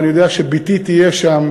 ואני יודע שבתי תהיה שם,